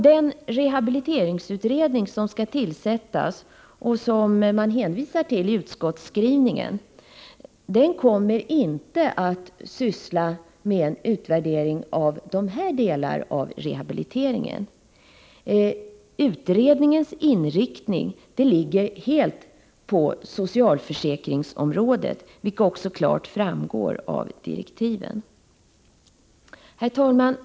Den rehabiliteringsutredning som skall tillsättas och som man hänvisar till i utskottsskrivningen kommer inte att syssla med utvärdering av de här delarna av rehabiliteringen. Utredningens inriktning ligger helt på socialförsäkringsområdet, vilket klart framgår av direktiven. Herr talman!